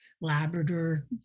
Labrador